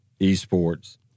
esports